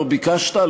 לא ביקשת,